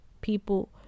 people